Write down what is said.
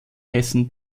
hessen